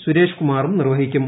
സുരേഷ് കുമാറും നിർവഹിക്കും